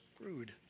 screwed